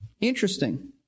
Interesting